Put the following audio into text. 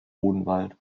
odenwald